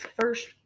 first